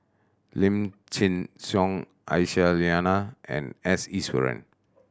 Lim Chin Siong Aisyah Lyana and S Iswaran